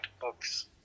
books